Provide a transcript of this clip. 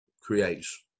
creates